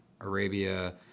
Arabia